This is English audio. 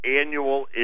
annual